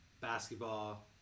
basketball